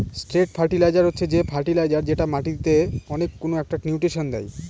straight fertilizer হচ্ছে যে fertilizer যেটা মাটিকে কোনো একটা নিউট্রিশন দেয়